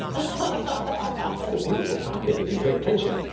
ah it's a beautiful topic if you pay attention.